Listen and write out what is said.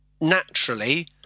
naturally